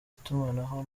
itumanaho